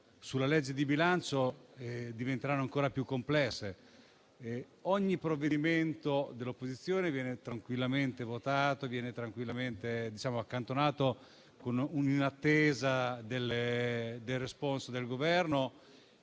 sulla legge di bilancio diventeranno ancora più complesse. Ogni provvedimento dell'opposizione viene tranquillamente votato e accantonato in attesa del responso del Governo